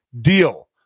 deal